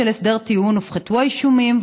בשל הסדר טיעון הופחתו האישומים,